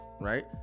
right